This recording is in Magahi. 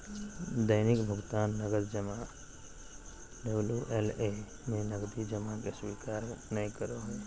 दैनिक भुकतान नकद जमा डबल्यू.एल.ए में नकदी जमा के स्वीकार नय करो हइ